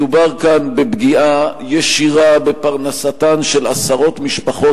מדובר כאן בפגיעה ישירה בפרנסתן של עשרות משפחות,